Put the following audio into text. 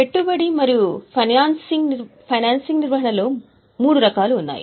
పెట్టుబడి మరియు ఫైనాన్సింగ్ నిర్వహణలో మూడు రకాలు ఉన్నాయి